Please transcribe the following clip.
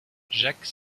jacques